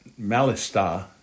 malista